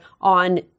on